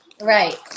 right